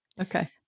Okay